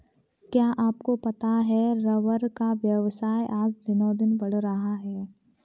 क्या आपको पता है रबर का व्यवसाय आज दिनोंदिन बढ़ रहा है?